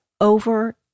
over